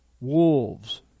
wolves